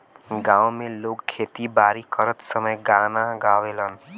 गांव में लोग खेती बारी करत समय गाना गावेलन